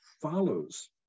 follows